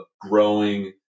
growing